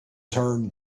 turned